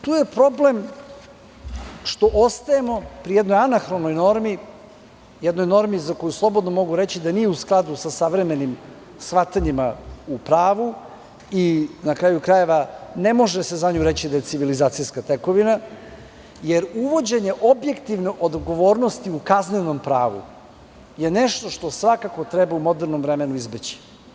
Tu je problem što ostajemo pri jednoj anahronoj normi, jednoj normi za koju slobodno mogu reći da nije u skladu sa savremenim shvatanjima u pravu i, na kraju krajeva, ne može se za nju reći da je civilizacijska tekovina, jer uvođenje objektivne odgovornosti u kaznenom pravu je nešto što svakako treba u modernom vremenu izbeći.